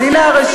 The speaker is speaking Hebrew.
אז הנה הרשימה,